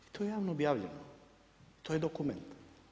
I to je javno objavljeno, to je dokument.